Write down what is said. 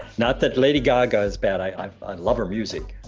not that lady gaga is bad. i love her music.